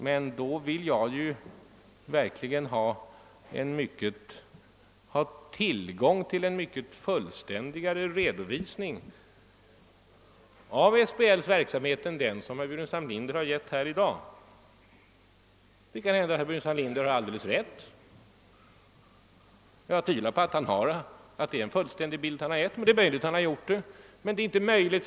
Med då vill jag verkligen ha tillgång till en mycket fullständigare redovisning av SBL:s verksamhet än den som herr Burenstam Linder lämnat i dag. Det kan hända att herr Burenstam Linder har alldeles rätt — jag tvivlar dock på att det är en fullständig bild han gett — men det är möjligt att så är fallet.